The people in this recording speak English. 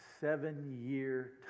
seven-year